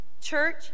church